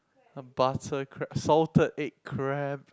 a butter crab salted egg crab